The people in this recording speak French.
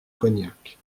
cognac